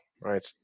right